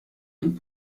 und